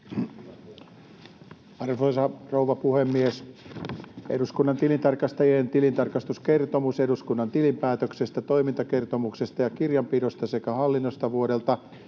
Arvoisa rouva puhemies! Eduskunnan tilintarkastajien tilintarkastuskertomus eduskunnan tilinpäätöksestä, toimintakertomuksesta ja kirjanpidosta sekä hallinnosta vuodelta